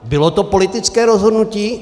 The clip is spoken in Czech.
Bylo to politické rozhodnutí.